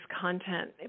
content